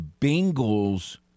Bengals